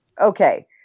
Okay